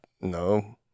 no